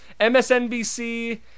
MSNBC